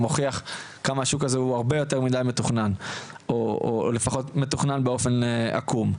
מוכיח כמה השוק הזה הוא יותר מידי מתוכנן או לפחות מתוכנן באופן עקום.